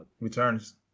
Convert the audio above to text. returns